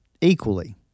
equally